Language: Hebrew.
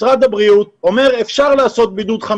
משרד הבריאות אומר: אפשר לעשות בידוד 5